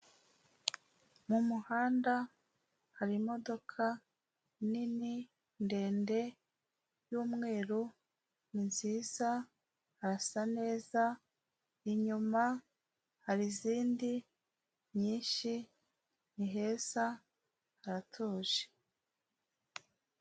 Mu muhanda hari imodoka nini ndende y'umweru, ni nziza harasa neza, inyuma hari izindi nyinshi ni heza haratuje.